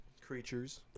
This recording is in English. Creatures